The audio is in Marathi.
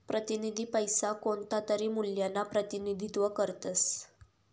प्रतिनिधी पैसा कोणतातरी मूल्यना प्रतिनिधित्व करतस